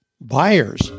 buyers